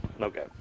Okay